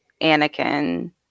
anakin